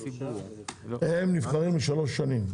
הם נבחרים לשלוש שנים.